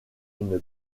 une